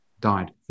died